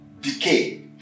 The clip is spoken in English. decay